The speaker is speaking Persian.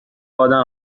آدم